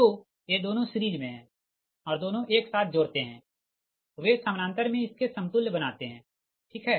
तो ये दोनों सीरिज़ मे है और दोनों को एक साथ जोड़ते है वे समानांतर में इसके समतुल्य बनाते है ठीक है